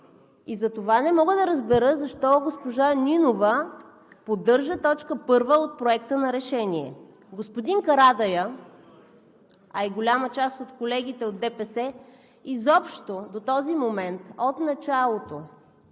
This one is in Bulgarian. и затова не мога да разбера защо госпожа Нинова поддържа точка първа от Проекта на решение. Господин Карадайъ, а и голяма част от колегите от ДПС изобщо до този момент – от началото